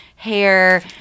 hair